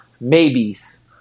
maybes